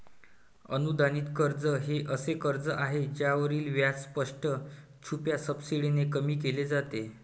अनुदानित कर्ज हे असे कर्ज आहे ज्यावरील व्याज स्पष्ट, छुप्या सबसिडीने कमी केले जाते